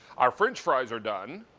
our french fries are done.